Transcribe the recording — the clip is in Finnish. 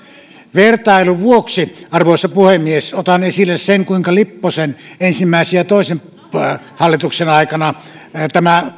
vertailun vuoksi arvoisa puhemies otan esille sen kuinka lipposen ensimmäisen ja toisen hallituksen aikana tämä